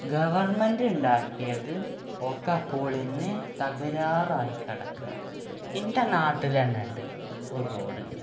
ഗവണ്മെന്റുണ്ടാക്കിയത് ഒക്കെ പൊളിഞ്ഞ് തകരാറായി കിടക്കുകയാണ് എൻ്റെ നാട്ടിലന്നെണ്ട് ഒരു റോഡ്